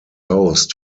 host